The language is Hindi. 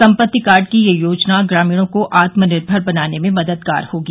सम्पत्ति कार्ड की यह योजना ग्रामीणों को आत्मनिर्भर बनाने में मददगार होगी